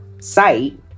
site